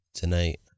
Tonight